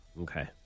Okay